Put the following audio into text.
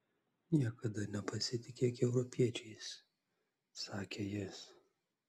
niekada nepasitikėk europiečiais sakė jis